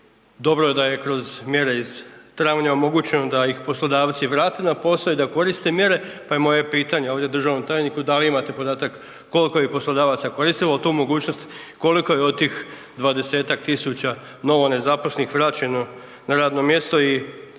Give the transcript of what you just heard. Dobro je da je kroz mjere iz travnja omogućeno da ih poslodavci vrate na posao i da koriste mjere, pa je moje pitanje ovdje državnom tajniku da li imate podatak koliko je poslodavaca koristilo tu mogućnost, koliko je od tih 20 000 novo nezaposlenih vraćeno na radno mjesto i